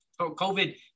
COVID